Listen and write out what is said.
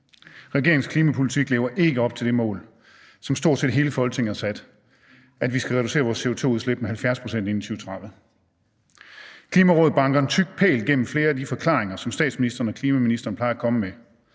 Regeringens klimapolitik lever ikke op til det mål, som stort set hele Folketinget har sat, om, at vi skal reducere vores CO2-udslip med 70 pct. inden 2030. Klimarådet banker en tyk pæl igennem flere af de forklaringer, som statsministeren og klimaministeren plejer at komme med.